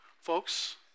Folks